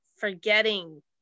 forgetting